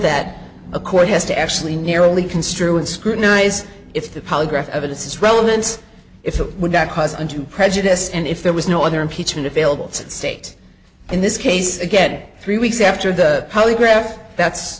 that a court has to actually merely construe and scrutinize if the polygraph evidence is relevant if it would not cause undue prejudice and if there was no other impeachment available to the state in this case again three weeks after the polygraph that's